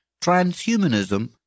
transhumanism